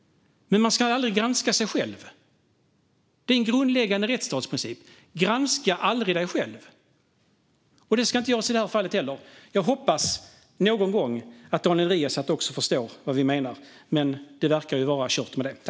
Men man ska aldrig granska sig själv. Det är en grundläggande rättsstatsprincip: Granska aldrig dig själv! Det ska inte göras i det här fallet heller. Jag hoppas att Daniel Riazat någon gång förstår vad vi menar, men det verkar vara kört med det.